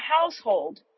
household